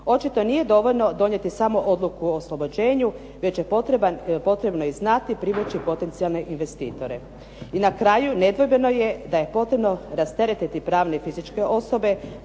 Očito nije dovoljno donijeti odluku o oslobođenju već je potrebno i znati privući potencijalne investitore. I na kraju, nedvojbeno je da je potrebno rasteretiti pravne i fizičke osobe,